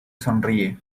sonríe